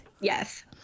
yes